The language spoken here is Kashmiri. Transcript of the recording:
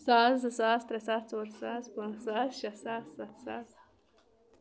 ساس زٕ ساس ترٛےٚ ساس ژور ساس پانٛژھ ساس شیٚے ساس سَتھ ساس